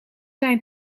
zijn